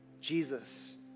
Jesus